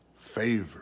favor